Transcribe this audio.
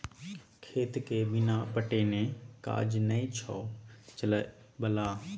खेतके बिना पटेने काज नै छौ चलय बला